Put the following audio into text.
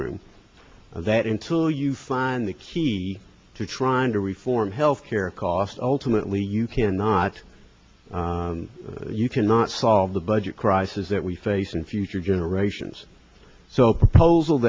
room that until you find the key to trying to reform health care cost ultimately you cannot you cannot solve the budget crisis that we face in future generations so a proposal